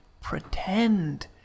pretend